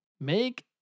make